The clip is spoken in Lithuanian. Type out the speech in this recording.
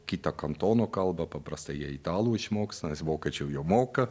kita kantono kalba paprastai jei italų išmokstanta nes vokiečių jau moka